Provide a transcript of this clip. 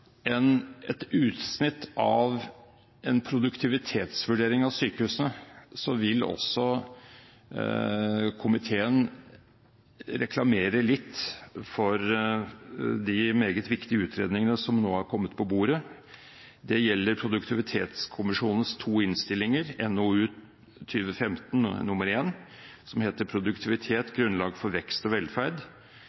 et utsnitt av en produktivitetsvurdering av sykehusene, vil komiteen også reklamere litt for de meget viktige utredningene som nå har kommet på bordet. Det gjelder Produktivitetskommisjonens to innstillinger: NOU 2015: 1, som heter Produktivitet